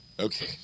Okay